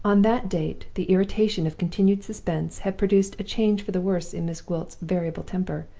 on that date the irritation of continued suspense had produced a change for the worse in miss gwilt's variable temper,